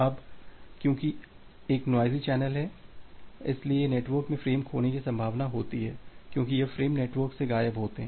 अब क्योंकि यह एक नोइज़ी चैनल है इसलिए नेटवर्क से फ़्रेम खोने की संभावना होती है क्यूंकि यह फ्रेम नेटवर्क से गायब होते हैं